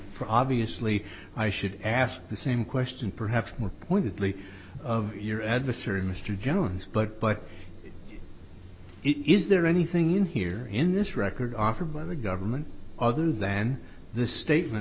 for obviously i should ask the same question perhaps more pointedly of your adversary mr jones but but is there anything in here in this record offer by the government other than the statement